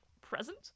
present